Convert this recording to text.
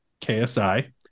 KSI